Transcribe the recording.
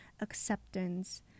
acceptance